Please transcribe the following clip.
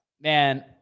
man